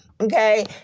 Okay